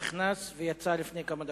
שנכנס ויצא לפני כמה דקות.